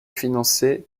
financée